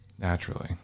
Naturally